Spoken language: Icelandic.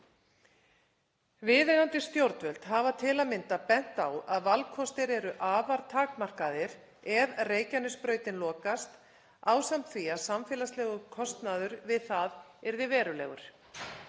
Viðeigandi stjórnvöld hafa til að mynda bent á að valkostir eru afar takmarkaðir ef Reykjanesbrautin lokast ásamt því að samfélagslegum kostnaður við það yrði verulegur.